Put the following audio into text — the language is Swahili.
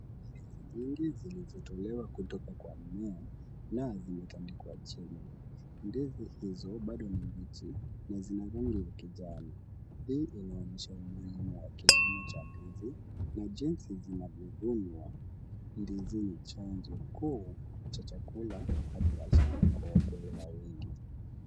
Ndizi mingi zilizotolewa kutoka kwa mmea na zimetandikwa chini. Ndizi hizo bado ni mbichi na zina rangi ya kijani. Hii inaonyesha umuhimu wa kilimo cha ndizi na jinsi zinavyovunwa. Ndizi ni chanzo kuu cha chakula na biashara kwa wakulima wengi.